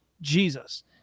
Jesus